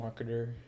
marketer